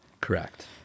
Correct